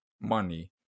money